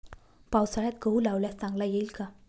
पावसाळ्यात गहू लावल्यास चांगला येईल का?